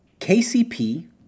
KCP